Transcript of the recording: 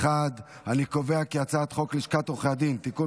את הצעת חוק לשכת עורכי הדין (תיקון,